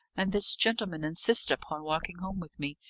and this gentleman insisted upon walking home with me,